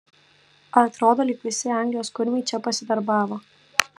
atrodo lyg visi anglijos kurmiai čia pasidarbavo